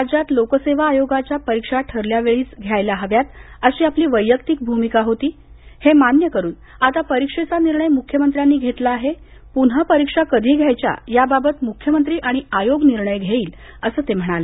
राज्यात लोकसेवा आयोगाच्या परीक्षा ठरल्या वेळीच घ्याव्यात अशी आपली वैयक्तीक भूमिका होती हे मान्य करून आता परीक्षेचा निर्णय मुख्यमंत्र्यांनी घेतला आहे पुन्हा परीक्षा कधी घ्यायच्या याबाबत मुख्यमंत्री आणि आयोग निर्णय घेईल असं ते म्हणाले